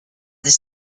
this